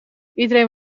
iedereen